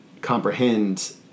comprehend